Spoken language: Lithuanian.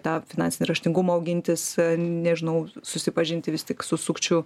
tą finansinį raštingumą augintis nežinau susipažinti vis tik su sukčių